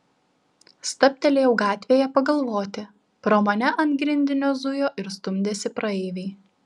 stabtelėjau gatvėje pagalvoti pro mane ant grindinio zujo ir stumdėsi praeiviai